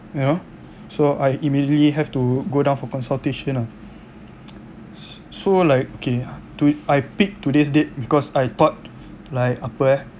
you know so I immediately have to go down for consultation ah s~ so like okay to~ I pick today's date because I thought like apa eh